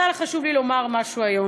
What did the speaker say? אז היה חשוב לי לומר משהו היום.